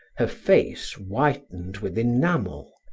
her face whitened with enamel,